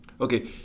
Okay